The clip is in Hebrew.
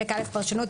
חלק א': פרשנות.